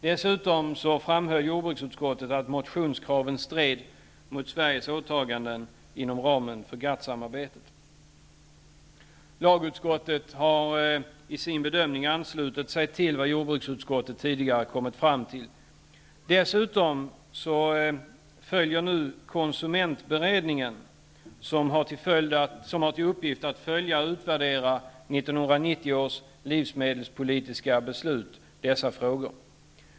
Dessutom framhöll jordbruksutskottet att motionskraven stred mot Lagutskottet har i sin bedömning anslutit sig till vad jordbruksutskottet tidigare kommit fram till. Dessutom följs dessa frågor nu av konsumentberedningen, som har till uppgift att följa och utvärdera 1990 års livsmedelspolitiska beslut.